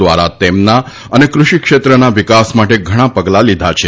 દ્વારા તેમના અને કૃષિક્ષેત્રના વિકાસ માટે ઘણાં પગલાં લીધા છે